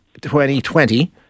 2020